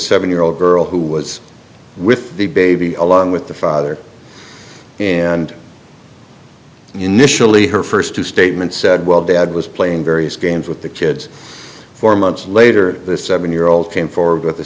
seven year old girl who was with the baby along with the father and initially her first two statements said well dad was playing various games with the kids four months later the seven year old came forward with